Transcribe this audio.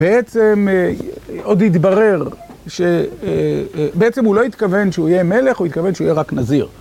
בעצם עוד התברר, בעצם הוא לא התכוון שהוא יהיה מלך, הוא התכוון שהוא יהיה רק נזיר.